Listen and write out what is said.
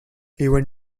even